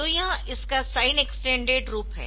तो यह इसका साइंड एक्सटेंडेड रूप है